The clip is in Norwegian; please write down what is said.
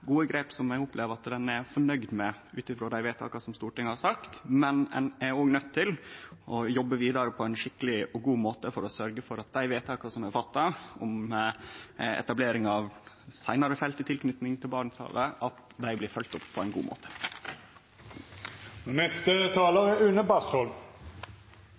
Men ein er òg nøydd til å jobbe vidare på ein skikkeleg og god måte for å sørgje for at dei vedtaka som er fatta om etablering av seinare felt i tilknyting til Barentshavet, blir følgde opp på ein god måte.